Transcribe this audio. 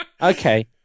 Okay